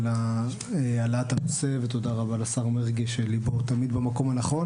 על העלאת הנושא ותודה רבה לשר מרגי שליבו תמיד במקום הנכון